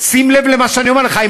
שים לב למה שאני אומר לך,